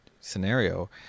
scenario